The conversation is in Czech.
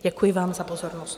Děkuji vám za pozornost.